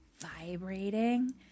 vibrating